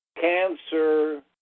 cancer